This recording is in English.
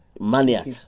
maniac